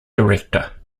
director